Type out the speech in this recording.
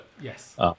Yes